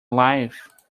life